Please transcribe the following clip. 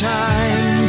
time